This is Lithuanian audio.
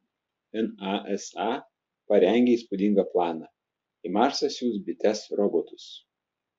nasa parengė įspūdingą planą į marsą siųs bites robotus